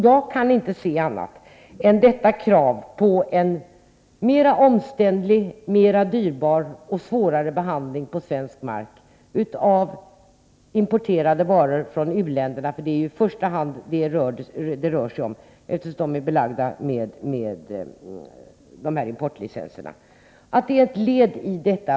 Jag kan inte se annat än att detta krav på en mer omständlig, dyrare och svårare behandling på svensk mark av importerade varor från u-länderna är ett led i strävandena att ytterligare fördyra dessa varor, förutom den handel som man har med importlicenser i u-länderna.